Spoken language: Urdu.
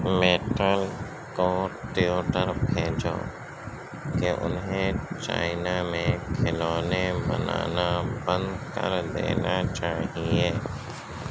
میٹل کو ٹیوٹر بھیجو کہ انہیں چائنا میں کھلونے بنانا بند کر دینا چاہیے